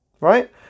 right